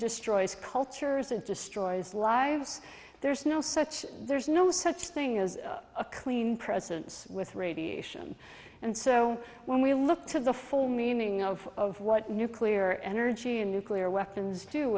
destroys cultures and destroys lives there's no such there's no such thing as a clean presence with radiation and so when we look to the full meaning of what nuclear energy and nuclear weapons to